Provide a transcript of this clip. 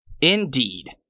Indeed